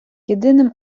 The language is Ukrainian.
єдиним